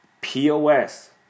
POS